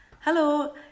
hello